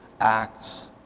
acts